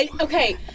Okay